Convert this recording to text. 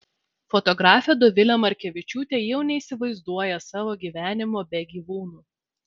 fotografė dovilė markevičiūtė jau neįsivaizduoja savo gyvenimo be gyvūnų